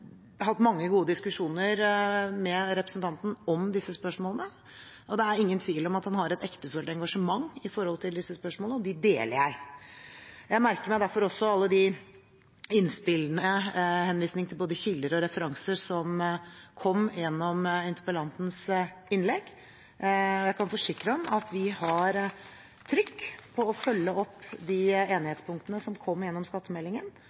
hatt mange gode diskusjoner med representanten om disse spørsmålene. Det er ingen tvil om at han har et ektefølt engasjement for disse spørsmålene, og det deler jeg. Jeg merker meg derfor også alle innspillene – med henvisning til både kilder og referanser – i interpellantens innlegg. Jeg kan forsikre om at vi har trykk på å følge opp de enighetspunktene som kom i forbindelse med skattemeldingen,